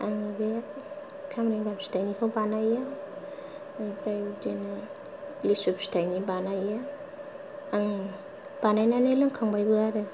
आङो बे खामब्रेंगा फिथाइनिखौ बानायो ओमफ्राय बिदिनो लिसु फिथाइनि बानायो आं बानायनानै लोंखांबायबो आरो